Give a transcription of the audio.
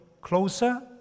closer